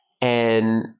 and-